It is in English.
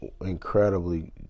incredibly